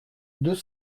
deux